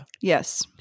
yes